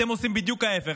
אתם עושים בדיוק ההפך,